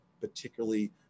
particularly